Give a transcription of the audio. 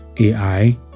AI